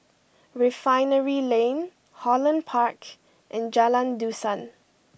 Refinery Lane Holland Park and Jalan Dusan